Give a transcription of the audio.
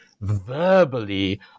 verbally